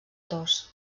tos